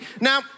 Now